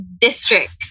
district